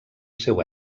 seu